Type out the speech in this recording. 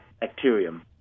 bacterium